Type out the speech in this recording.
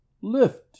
lift